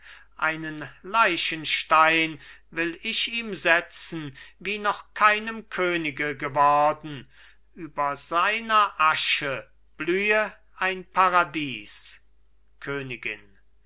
einen leichenstein will ich ihm setzen wie noch keinem könige geworden über seiner asche blühe ein paradies königin